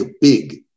big